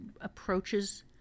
approaches